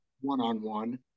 one-on-one